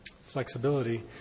flexibility